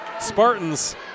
Spartans